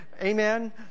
amen